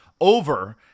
over